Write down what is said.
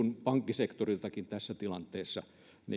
pankkisektoriltakin tässä tilanteessa